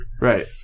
Right